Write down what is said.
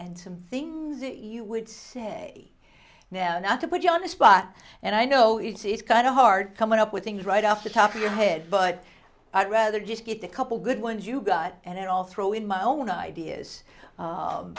and some things you would say now not to put you on the spot and i know it's kind of hard coming up with things right off the top of your head but i'd rather just get a couple good ones you got and all throw in my own ideas